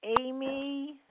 Amy